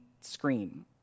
screen